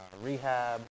Rehab